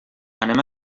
anem